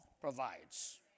provides